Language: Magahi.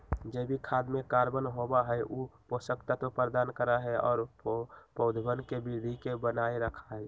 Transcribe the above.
जैविक खाद में कार्बन होबा हई ऊ पोषक तत्व प्रदान करा हई और पौधवन के वृद्धि के बनाए रखा हई